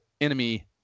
enemy